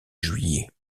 juillet